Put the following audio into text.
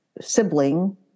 sibling